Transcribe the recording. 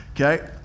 Okay